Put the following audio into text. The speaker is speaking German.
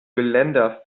geländer